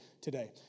today